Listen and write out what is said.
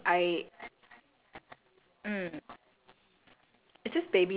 I cannot remember if you said who wore it but like um I